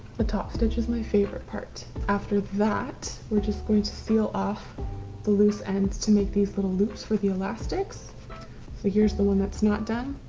the top stitch is my favorite part. after that, we're just going to seal off the loose ends to make these little loops for the elastics so here's the one that's not done.